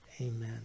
Amen